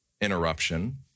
interruption